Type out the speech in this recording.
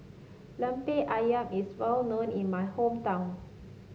lemper ayam is well known in my hometown